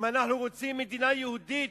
אם אנחנו רוצים מדינה יהודית,